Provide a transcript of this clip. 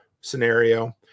scenario